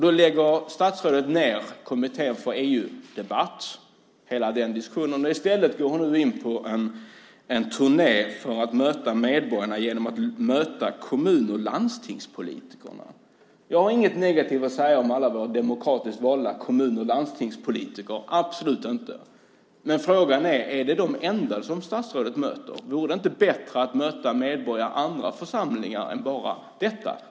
Då lägger statsrådet ned Kommittén för EU-debatt. I stället reser hon nu ut på en turné för att möta medborgarna genom att möta kommun och landstingspolitiker. Jag har inget negativt att säga om alla våra demokratiskt valda kommun och landstingspolitiker, absolut inte. Men frågan är om de är de enda som statsrådet möter. Vore det inte bättre att möta medborgare i andra församlingar än bara dessa?